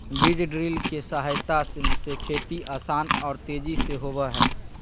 बीज ड्रिल के सहायता से खेती आसान आर तेजी से होबई हई